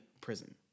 prison